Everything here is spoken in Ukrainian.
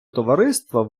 товариства